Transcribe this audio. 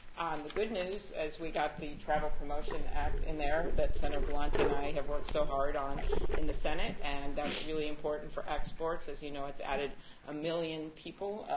the good news, as we got the travel promotion act in there as senator blunt and i have worked so hard on in the senate, and that's really important for exports. as you know, it's added a million people,